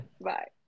Bye